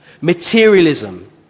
materialism